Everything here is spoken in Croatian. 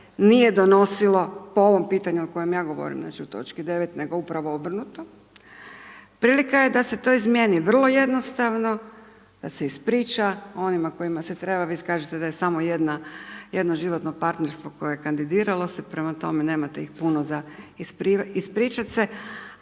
nije donosilo po ovom pitanju o kojom ja govorim, znači u točki 9. nego upravo obrnuto. Prilika je da se to izmijeni, vrlo jednostavno, da se ispriča onima koja se treba, vi kažete da je samo jedno životno partnerstvo koje kandidiralo se prema tome nemate ih puno za ispričat se,